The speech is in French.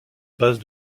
base